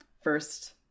first